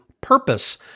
purpose